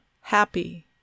happy